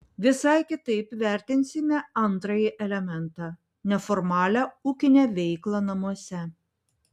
visai kitaip vertinsime antrąjį elementą neformalią ūkinę veiklą namuose